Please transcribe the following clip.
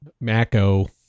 maco